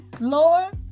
Lord